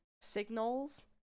signals